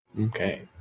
okay